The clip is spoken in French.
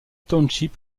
township